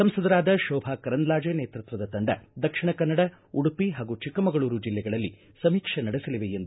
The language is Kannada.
ಸಂಸದರಾದ ಶೋಭಾ ಕರಂದ್ಲಾಜೆ ನೇತೃತ್ವದ ತಂಡ ದಕ್ಷಿಣ ಕನ್ನಡ ಉಡುಪಿ ಹಾಗೂ ಚಿಕ್ಕಮಗಳೂರು ಜಿಲ್ಲೆಗಳಲ್ಲಿ ಸಮೀಕ್ಷೆ ನಡೆಸಲಿವೆ ಎಂದು ಮಾಹಿತಿ ನೀಡಿದ್ದಾರೆ